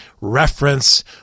reference